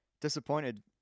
disappointed